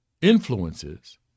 influences